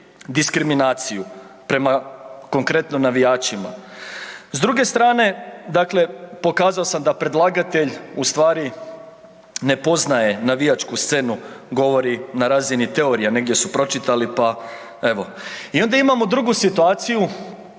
podržati prema konkretno navijačima. S druge strane, dakle pokazao sam da predlagatelj ustvari ne poznaje navijačku scenu, govori na razini teorija, negdje su pročitali, pa evo. I onda imamo drugu situaciju,